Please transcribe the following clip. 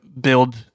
build